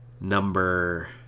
number